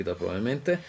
probabilmente